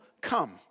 come